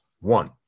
One